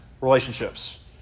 relationships